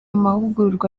mahugurwa